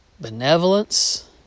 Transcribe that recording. benevolence